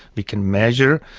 we can measure,